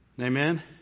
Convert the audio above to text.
Amen